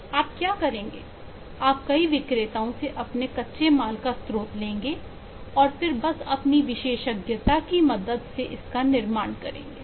आप क्या करेंगे आप कई विक्रेताओं से अपने कच्चे माल का स्रोत लेंगे और फिर बस अपनी विशेषज्ञता की मदद सेइसका निर्माण करेंगे